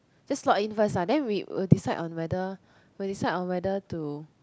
just slot in first ah then we will decide on whether will decide on whether to